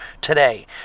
today